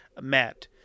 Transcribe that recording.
met